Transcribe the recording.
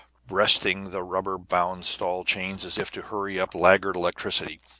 breasting the rubber-bound stall chains as if to hurry up laggard electricity,